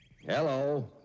Hello